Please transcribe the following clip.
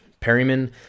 Perryman